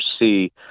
see